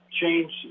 change